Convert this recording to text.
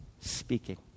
speaking